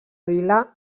vila